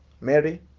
Mary